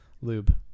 lube